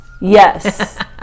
Yes